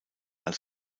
als